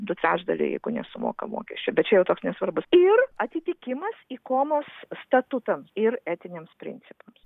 du trečdaliai jeigu nesumoka mokesčių bet čia jau toks nesvarbus ir atitikimas ikomos statutams ir etiniams principams